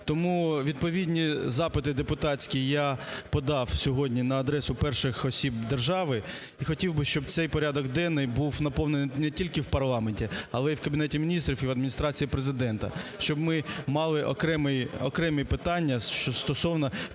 Тому відповідні запити депутатські я подав сьогодні на адресу перших осіб держави і хотів би, щоб цей порядок денний був наповнений не тільки в парламенті, але в Кабінеті Міністрів і в Адміністрації Президента, щоб ми мали окремі питання стосовно